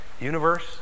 universe